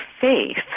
faith